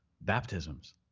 Baptisms